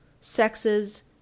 sexes